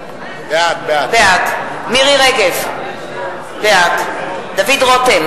בעד מירי רגב, בעד דוד רותם,